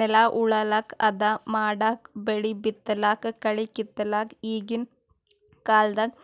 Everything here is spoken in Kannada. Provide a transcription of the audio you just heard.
ನೆಲ ಉಳಲಕ್ಕ್ ಹದಾ ಮಾಡಕ್ಕಾ ಬೆಳಿ ಬಿತ್ತಲಕ್ಕ್ ಕಳಿ ಕಿತ್ತಲಕ್ಕ್ ಈಗಿನ್ ಕಾಲ್ದಗ್